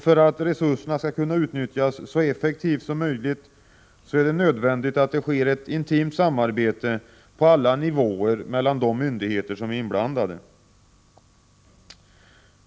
För att resurserna skall kunna utnyttjas så effektivt som möjligt är det nödvändigt att det sker ett intimt samarbete på alla nivåer mellan de myndigheter som är inblandade.